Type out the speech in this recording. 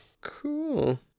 Cool